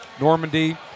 Normandy